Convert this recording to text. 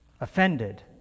offended